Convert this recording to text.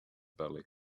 belly